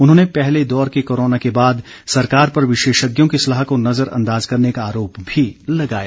उन्होंने पहले दौर के कोरोना के बाद सरकार पर विशेषज्ञों की सलाह को नज़र अंदाज करने का आरोप भी लगाया